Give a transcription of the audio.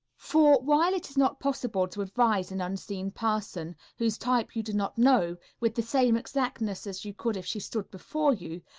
for, while it is not possible to advise an unseen person, whose type you do not know, with the same exactness as you could if she stood before you,